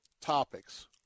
topics